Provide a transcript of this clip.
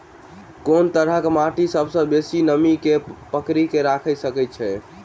कोन तरहक माटि सबसँ बेसी नमी केँ पकड़ि केँ राखि सकैत अछि?